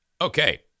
Okay